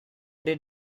did